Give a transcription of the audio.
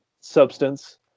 substance